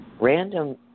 random